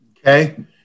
Okay